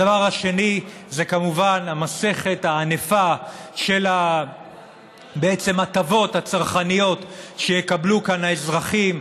הדבר השני זה כמובן המסכת הענפה של ההטבות הצרכניות שיקבלו כאן האזרחים,